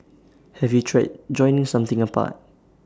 have you tried joining something apart